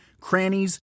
crannies